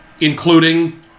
including